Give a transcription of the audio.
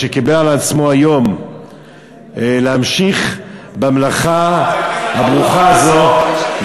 שקיבל על עצמו היום להמשיך במלאכה הברוכה הזאת,